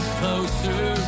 closer